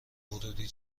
ورودی